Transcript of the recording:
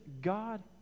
God